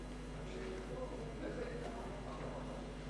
אדוני השר יוסי פלד, חברי וחברות הכנסת הנוכחים,